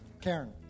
Karen